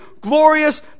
glorious